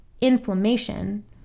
inflammation